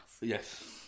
Yes